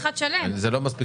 זה לא מספיק חזק.